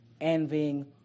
envying